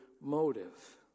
motive